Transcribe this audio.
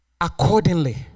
accordingly